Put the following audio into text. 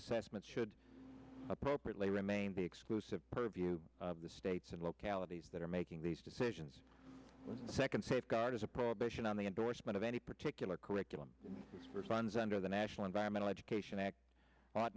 assessments should appropriately remain the exclusive purview of the states and localities that are making these decisions the second safeguard is a prohibition on the endorsement of any particular curriculum for signs under the national environmental education act